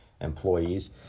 employees